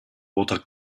oder